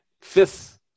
fifth